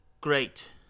Great